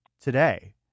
today